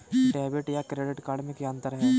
Debit या credit card में क्या अन्तर है?